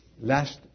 last